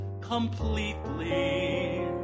completely